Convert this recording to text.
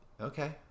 okay